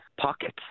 pockets